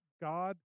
God